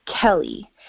Kelly